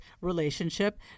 relationship